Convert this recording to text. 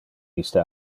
iste